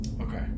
Okay